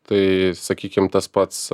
tai sakykim tas pats